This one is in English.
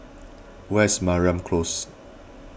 where is Mariam Close